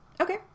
Okay